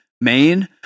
Maine